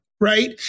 right